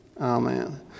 Amen